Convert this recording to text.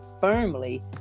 firmly